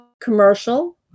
Commercial